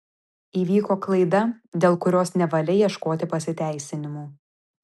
įvyko klaida dėl kurios nevalia ieškoti pasiteisinimų